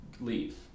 leave